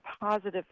positive